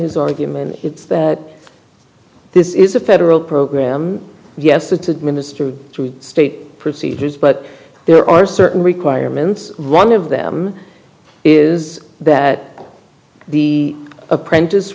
his argument it's that this is a federal program yes it's administered through state procedures but there are certain requirements one of them is that the apprentice